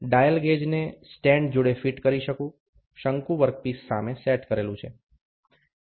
dial ગેજને stand જોડે fit કરી શંકુ વર્કપીસ સામે સેટ કરેલું છે